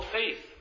faith